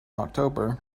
october